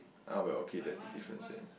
ah well okay that's the difference then